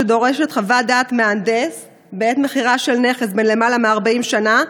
שדורשת חוות דעת מהנדס בעת מכירה של נכס בן למעלה מ-40 שנה,